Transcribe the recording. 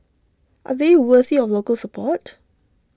are they worthy of local support